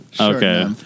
Okay